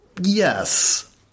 Yes